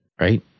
right